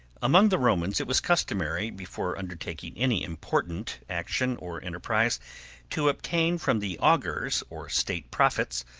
among the romans it was customary before undertaking any important action or enterprise to obtain from the augurs, or state prophets,